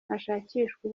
hashakishwa